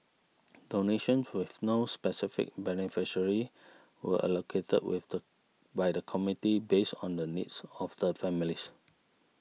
donations with no specified beneficiaries were allocated with the by the committee based on the needs of the families